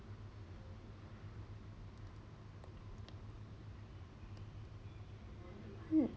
mm